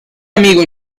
amigo